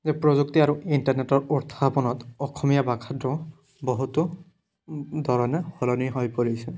যে প্ৰযুক্তি আৰু ইণ্টাৰনেটৰ উত্থাপনত অসমীয়া ভাষাটো বহুতো ধৰণে সলনি হৈ পৰিছে